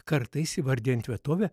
kartais įvardijant vietovę